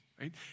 right